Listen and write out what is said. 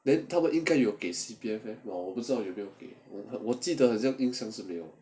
then 他们应该给有 C_P_F leh 我不知道有没有给我记得印象好像没有